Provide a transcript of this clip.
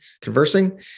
Conversing